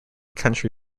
country